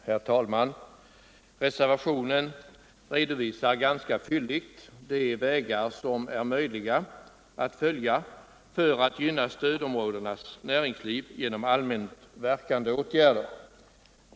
Herr talman! Reservationen visar ganska fylligt de vägar som är möjliga att följa för att gynna stödområdenas näringsliv genom allmänt verkande åtgärder.